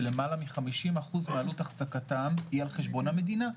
שלמעלה מ-50% מעלות אחזקתם היא על חשבון המדינה.